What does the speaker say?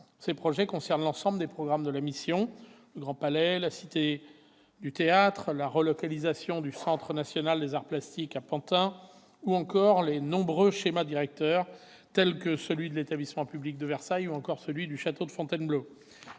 Ces projets concernent l'ensemble des programmes de la mission- le Grand Palais, la Cité du théâtre, la relocalisation du Centre national des arts plastiques à Pantin -ou encore les nombreux schémas directeurs, tels que celui de l'établissement public de Versailles ou celui du château de Fontainebleau.